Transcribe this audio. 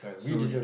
so the